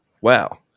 Wow